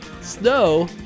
snow